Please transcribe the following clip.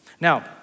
Now